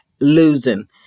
losing